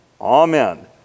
Amen